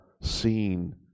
seen